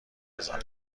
بزنم